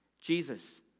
Jesus